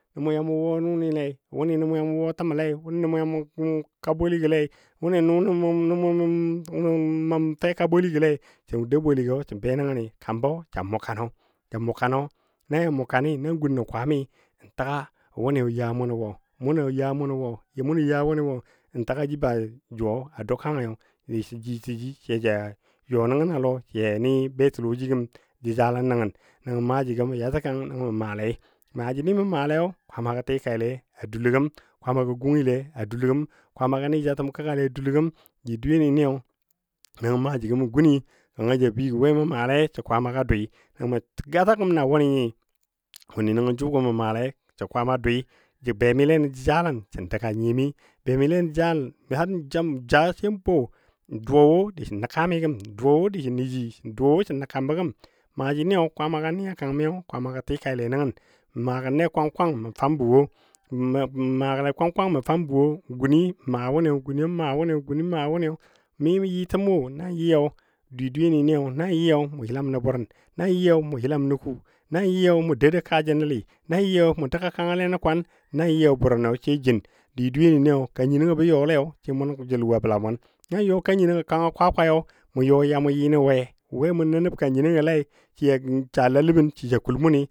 Nəmɔ ya mʊ wo nʊnɨ lei wʊnɨ nə mɔ ya ya mʊ wo təmo lei, wʊnɨ nə mɔ mu ka boligɔ lei fe ka boligɔle sən dou boligɔ sən be nənni kambɔ ja mʊ kano naja mʊ kani na gun nə kwami n təga mʊnɔ you mʊnɔ wo, mu nɔ ye munɔ wo n təgaji jʊ a dou kangiyo disə ji təji səja yɔ nən a lɔ ya ni betə lɔji gəm jəjalən nəngən nəngɔ maaji gɔ mə yatə kang mə maalei, maaji ni mə maalei Kwaamagɔ tikaile a dulo gəm Kwaamagɔ gungyile a dulo gəm kwaamagɔ ni jatəm kəggale a dulo gəm di dweyeni niyo nəngɔ maajigɔ mə guni nəngɔ ja bəi gə we mə we mə maale sə kwamaga dui nəngə mə gata gəm na wʊnɨ nyi, wʊnɨ nəngo jʊgɔ mə maale sə kwama dui. jə be mi le nən jəjalən sən dəg a nyiyo mi, jə be mi le nən jəjalən har ja n ja sai n bɔ, n duwa wo disə nə kami gəm, n duwa wo disə ni ji, n duwa wo sə nə kambo gəm. Maaji ni kwaama ni a kang miyo Kwaamago tikai nəngən mə maa gən ne kwang kwang mə fan bɔ wo n maa kwang kwanga mə fambɔ wo, n guni maa wʊnɨ guni maa wʊnɨ mi yɨtəm wɔ, nan yɨ di dweyeni nan yi mʊ yəlam nə burun, nan yɨ mʊ yəlam nə kuu, nan yɨ mʊ dou dou ka jə nəli, nan yɨ mʊ dəga kangale nən kwan nan yɨyo burunɔ sai jin, di dweyeni ni kan nyinɔngɔ bɔ you lei sai mʊnə jəl wo a bəla mʊn nan yɔ kan nyinongɔ kangɔ kwa kwayo, mʊ yɔ ya mʊ yɨ nə we? We mʊ ni nəb kan nyinongɔle sə ja saa laləmən se ja kul mʊn.